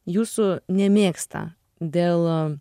jūsų nemėgsta dėl